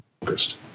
focused